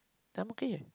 I'm okay